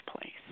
place